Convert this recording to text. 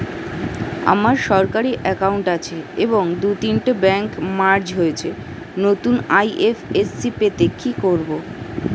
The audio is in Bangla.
আমার সরকারি একাউন্ট আছে এবং দু তিনটে ব্যাংক মার্জ হয়েছে, নতুন আই.এফ.এস.সি পেতে কি করব?